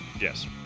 Yes